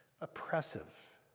oppressive